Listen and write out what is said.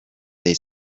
they